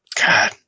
God